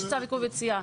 יש צו עיכוב יציאה?